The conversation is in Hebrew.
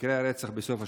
במקרי הרצח בסוף השבוע?